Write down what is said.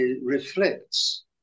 reflects